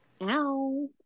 Ow